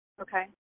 Okay